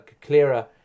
clearer